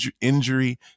injury